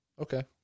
Okay